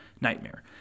nightmare